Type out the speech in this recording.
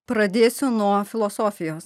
pradėsiu nuo filosofijos